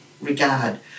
regard